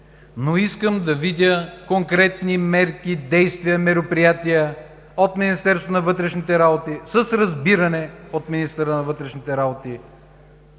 но искам да видя конкретни мерки, действия, мероприятия от Министерството на вътрешните работи с разбиране от министъра на вътрешните работи